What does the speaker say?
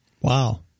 wow